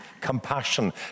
Compassion